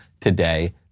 Today